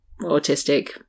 autistic